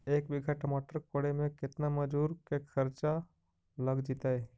एक बिघा टमाटर कोड़े मे केतना मजुर के खर्चा लग जितै?